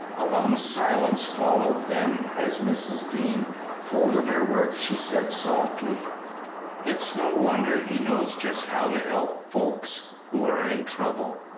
a long silence followed then, as mrs. dean folded her work, she said, softly it's no wonder he knows just how to help folks who are in trouble,